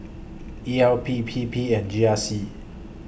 E L P P P and G R C